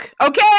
okay